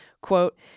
Quote